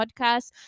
podcast